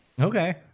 Okay